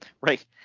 right